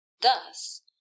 Thus